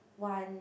one